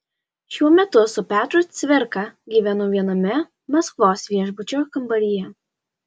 šiuo metu su petru cvirka gyvenu viename maskvos viešbučio kambaryje